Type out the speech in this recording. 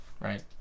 right